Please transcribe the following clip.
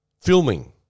filming